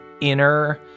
inner